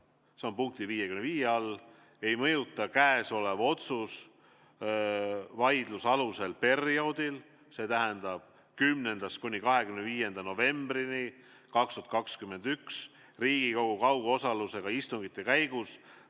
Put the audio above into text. see on punkti 55 all – "ei mõjuta käesolev otsus vaidlusalusel perioodil, see tähendab 10.–25. novembril 2021 Riigikogu kaugosalusega istungite käigus